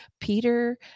Peter